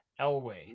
Elway